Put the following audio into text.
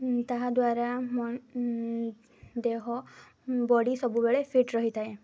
ତାହାଦ୍ୱାରା ମ ଦେହ ବଡ଼ି ସବୁବେଳେ ଫିଟ୍ ରହିଥାଏ